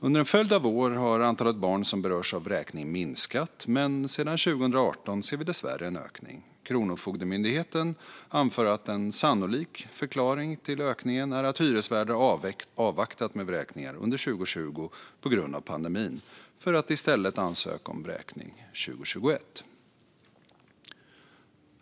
Under en följd av år har antalet barn som berörs av vräkning minskat, men sedan 2018 ser vi dessvärre en ökning. Kronofogdemyndigheten anför att en sannolik förklaring till ökningen är att hyresvärdar avvaktat med vräkningar under 2020 på grund av pandemin, för att i stället ansöka om vräkning 2021.